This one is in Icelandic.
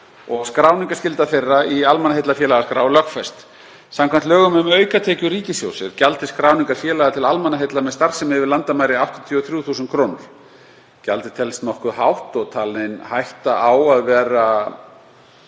var skráningarskylda þeirra í almannaheillafélagaskrá lögfest. Samkvæmt lögum um aukatekjur ríkissjóðs er gjald til skráningar félaga til almannaheilla með starfsemi yfir landamæri 83.000 kr. Gjaldið telst nokkuð hátt og talin hætta á að valin